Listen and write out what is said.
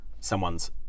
someone's